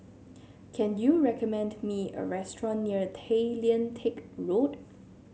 can you recommend me a restaurant near Tay Lian Teck Road